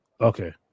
Okay